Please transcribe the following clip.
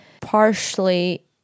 partially